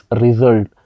result